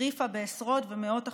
החריפה בעשרות ומאות אחוזים.